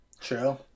True